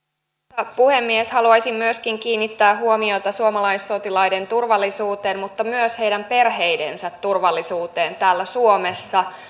arvoisa puhemies haluaisin myöskin kiinnittää huomiota suomalaissotilaiden turvallisuuteen mutta myös heidän perheidensä turvallisuuteen täällä suomessa